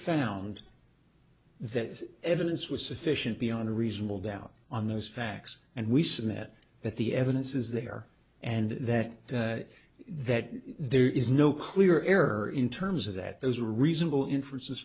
found that evidence was sufficient beyond a reasonable doubt on those facts and we submit that the evidence is there and that that there is no clear error in terms of that those are reasonable inferences